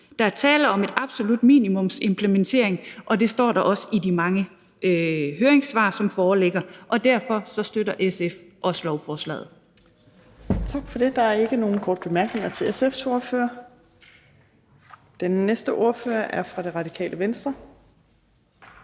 Der er tale om en absolut minimumsimplementering, og det står der også i de mange høringssvar, som foreligger, og derfor støtter SF også lovforslaget.